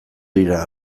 dira